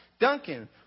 Duncan